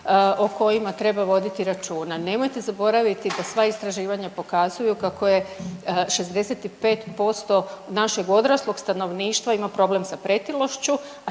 o kojima treba voditi računa. Nemojte zaboraviti da sva istraživanja pokazuju kako je 65% našeg odraslog stanovništva ima problem sa pretilošću,